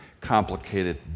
complicated